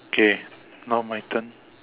okay now my turn